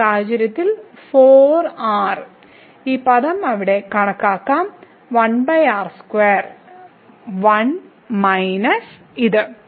ഈ സാഹചര്യത്തിൽ ഈ പദം അവിടെ കണക്കാക്കാം 1 മൈനസ് ഇത്